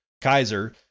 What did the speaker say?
Kaiser